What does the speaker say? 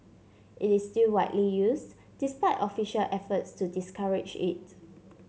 it is still widely used despite official efforts to discourage it